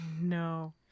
no